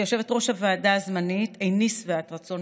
כיושבת-ראש הוועדה הזמנית איני שבעת רצון,